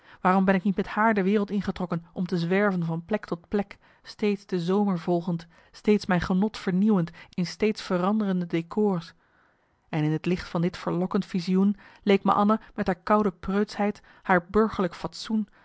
waarom ben ik niet met haar de wereld ingetrokken om te zwerven van plek tot plek steeds de zomer volgend steeds mijn genot vernieuwend in steeds veranderende décors en in het licht van dit verlokkend visioen leek me anna met haar koude preutschheid haar burgerlijk fatsoen